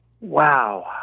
Wow